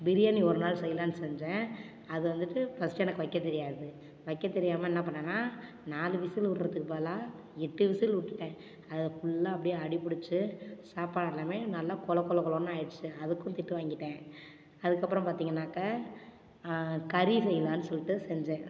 பிரியாணி ஒரு நாள் செய்யலான்னு செஞ்சேன் அது வந்துட்டு ஃபஸ்ட்டு எனக்கு வைக்க தெரியாது வைக்க தெரியாம என்ன பண்ணனா நாலு விசில் விடுறதுக்கு பதிலாக எட்டு விசில் விட்டுட்டேன் அது ஃபுல்லா அப்டி அடிபுடுச்சி சாப்பாடு எல்லாமே நல்லா கொல கொல கொலன்னு ஆகிடுச்சி அதுக்கும் திட்டு வாங்கிட்டேன் அதுக்கப்புறோம் பார்த்திங்கன்னாக்க கறி செய்யலான்னு சொல்லிட்டு செஞ்சேன்